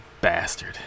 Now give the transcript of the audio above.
bastard